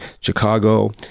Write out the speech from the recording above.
Chicago